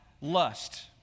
lust